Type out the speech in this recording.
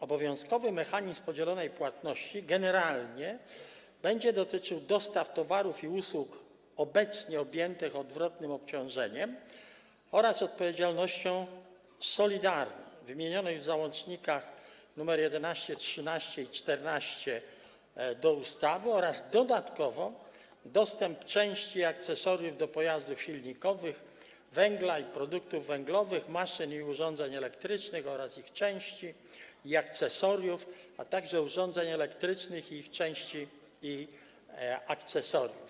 Obowiązkowy mechanizm podzielonej płatności generalnie będzie dotyczył dostaw towarów i usług obecnie objętych odwrotnym obciążeniem oraz odpowiedzialnością solidarną, wymienionych w załącznikach nr 11, 13 i 14 do ustawy, oraz dodatkowo dostaw części i akcesoriów do pojazdów silnikowych, węgla i produktów węglowych, maszyn i urządzeń elektrycznych oraz ich części i akcesoriów, a także urządzeń elektrycznych i ich części i akcesoriów.